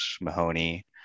Mahoney